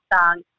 song